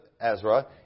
Ezra